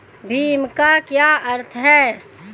भीम का क्या अर्थ है?